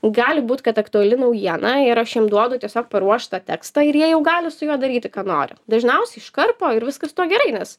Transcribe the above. gali būt kad aktuali naujiena ir aš jiem duodu tiesiog paruoštą tekstą ir jie jau gali su juo daryti ką nori dažniausiai iškapto ir viskas su tuo gerai nes